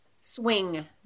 swing